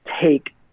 take